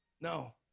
No